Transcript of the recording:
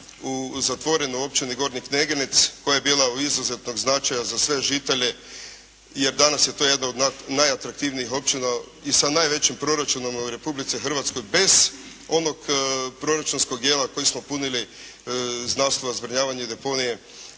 u zatvorenom, općini Gornji Kneginec koja je bila od izuzetnog značaja za sve žitelje jer danas je to jedna od najatraktivnijih općina i sa najvećim proračunom u Republici Hrvatskoj, bez onog proračunskog dijela koji smo punili s naslova zbrinjavanja deponije.